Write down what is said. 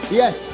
yes